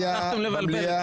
הצלחתם לבלבל,